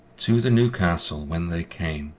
to the newcastle when they came,